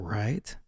right